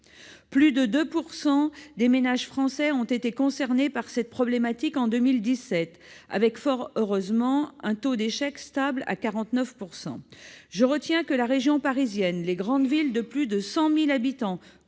Plus de 2 % des ménages français ont été concernés par cette problématique en 2017 ! Fort heureusement, le taux d'échec est resté stable, à 49 %. J'observe que la région parisienne et les grandes villes de plus de 100 000 habitants,